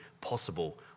possible